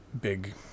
big